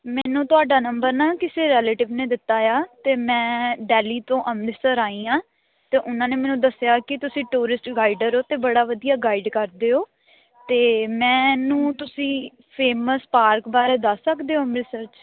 ਮੈਨੂੰ ਤੁਹਾਡਾ ਨੰਬਰ ਨਾ ਕਿਸੇ ਰਿਲੇਟਿਵ ਨੇ ਦਿੱਤਾ ਆ ਅਤੇ ਮੈਂ ਡੈਲੀ ਤੋਂ ਅੰਮ੍ਰਿਤਸਰ ਆਈ ਹਾਂ ਅਤੇ ਉਹਨਾਂ ਨੇ ਮੈਨੂੰ ਦੱਸਿਆ ਕਿ ਤੁਸੀਂ ਟੂਰਿਸਟ ਗਾਈਡਰ ਹੋ ਅਤੇ ਬੜਾ ਵਧੀਆ ਗਾਈਡ ਕਰਦੇ ਹੋ ਅਤੇ ਮੈਂਨੂੰ ਤੁਸੀਂ ਫੇਮਸ ਪਾਰਕ ਬਾਰੇ ਦੱਸ ਸਕਦੇ ਓਂ ਅੰਮ੍ਰਿਤਸਰ 'ਚ